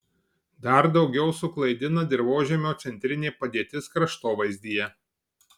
dar daugiau suklaidina dirvožemio centrinė padėtis kraštovaizdyje